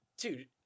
Dude